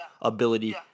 ability